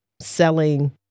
selling